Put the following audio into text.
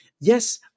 Yes